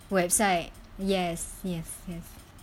website yes yes yes